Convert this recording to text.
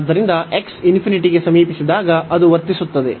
ಆದ್ದರಿಂದ x ∞ ಗೆ ಸಮೀಪಿಸಿದಾಗ ಅದು ವರ್ತಿಸುತ್ತದೆ